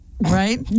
right